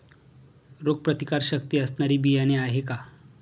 रोगप्रतिकारशक्ती असणारी बियाणे आहे का?